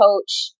coach